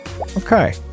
okay